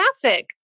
traffic